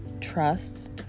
trust